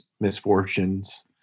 misfortunes